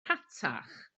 rhatach